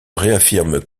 réaffirme